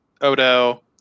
Odo